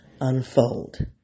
unfold